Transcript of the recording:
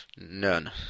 None